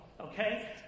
Okay